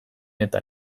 eta